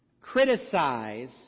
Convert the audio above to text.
criticize